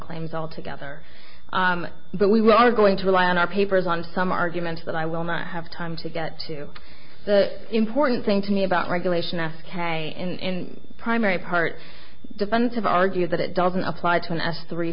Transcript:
claims altogether but we are going to rely on our papers on some arguments that i will not have time to get to the important thing to me about regulation s k in primary part defensive argue that it doesn't apply to an s three